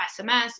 SMS